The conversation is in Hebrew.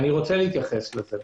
אני רוצה להתייחס לזה.